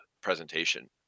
presentation